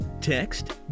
Text